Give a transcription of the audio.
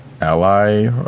ally